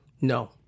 no